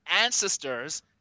ancestors